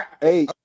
hey